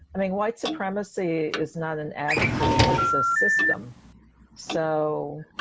i mean white supremacy is not an attitude it's a system so,